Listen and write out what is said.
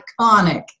iconic